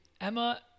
Emma